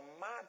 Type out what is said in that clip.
mad